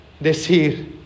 decir